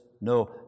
No